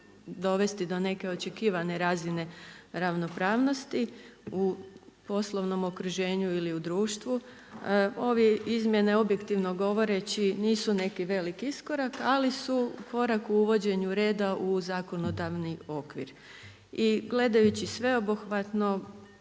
dovesti do neke očekivane razine ravnopravnosti u poslovnom okruženju ili društvu. Ove izmjene objektivno govoreći nisu neki veliki iskorak ali su korak u uvođenju reda u zakonodavni okvir. I gledajući sveobuhvatno